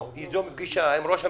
ליזום פגישה עם ראש הממשלה,